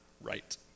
right